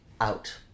out